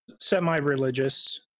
semi-religious